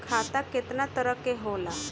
खाता केतना तरह के होला?